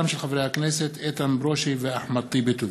תודה.